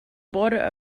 border